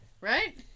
Right